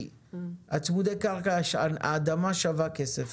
כי בצמודי קרקע האדמה שווה כסף.